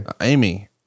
Amy